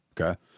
Okay